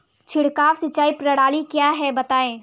छिड़काव सिंचाई प्रणाली क्या है बताएँ?